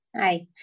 hi